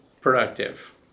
productive